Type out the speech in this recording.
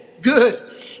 good